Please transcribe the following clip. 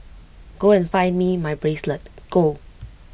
go and find me my bracelet go